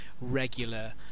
regular